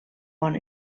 bon